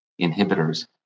inhibitors